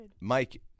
Mike